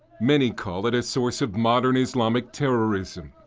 many call it a source of modern islamic terrorism.